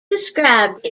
described